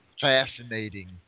fascinating